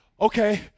okay